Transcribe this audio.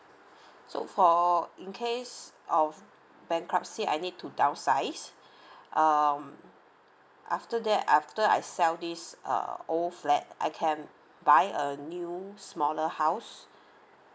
so for in case of bankruptcy I need to down size um after that after I sell this err old flat I can buy a new smaller house